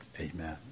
Amen